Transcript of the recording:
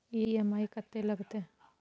EMI कत्ते लगतै?